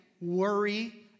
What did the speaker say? worry